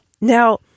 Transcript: Now